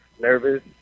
nervous